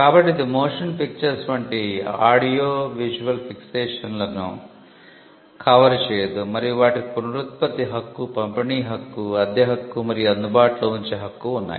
కాబట్టి ఇది motion pictures వంటి ఆడియో విజువల్ ఫిక్సేషన్లను కవర్ చేయదు మరియు వాటికి పునరుత్పత్తి హక్కు పంపిణీ హక్కు అద్దె హక్కు మరియు అందుబాటులో ఉంచే హక్కు ఉన్నాయి